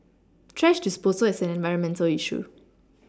thrash disposal is an environmental issue